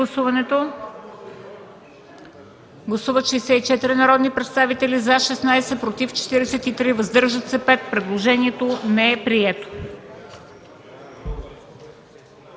Гласували 83 народни представители: за 81, против 1, въздържал се 1. Предложението е прието.